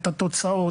את התוצאות,